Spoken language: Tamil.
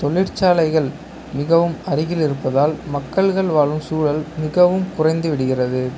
தொழிற்சாலைகள் மிகவும் அருகில் இருப்பதால் மக்கள்கள் வாழும் சூழல் மிகவும் குறைந்து விடுகிறது